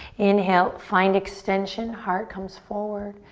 inhale, find extension, heart comes forward,